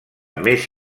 més